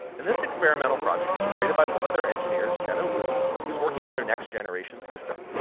and this experimental project was created by one of their engineers, jenna wu, who's working on their next generation system.